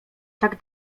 tak